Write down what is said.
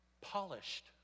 polished